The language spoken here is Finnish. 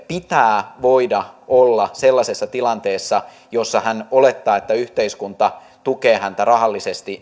pitää voida olla joitakin velvoitteitakin sellaisessa tilanteessa jossa hän olettaa että yhteiskunta tukee häntä rahallisesti